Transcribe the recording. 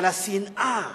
אבל השנאה שלך,